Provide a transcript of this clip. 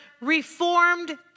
Reformed